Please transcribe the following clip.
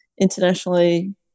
internationally